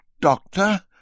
Doctor